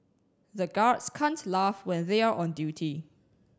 the guards can't laugh when they are on duty